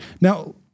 Now